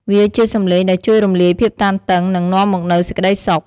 វាជាសំឡេងដែលជួយរំលាយភាពតានតឹង និងនាំមកនូវសេចក្តីសុខ។